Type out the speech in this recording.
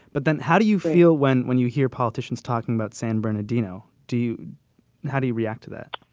but then how do you feel when when you hear politicians talking about san bernardino? do you how do you react to that?